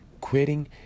Quitting